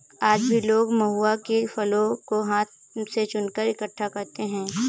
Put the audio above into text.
आज भी लोग महुआ के फलों को हाथ से चुनकर इकठ्ठा करते हैं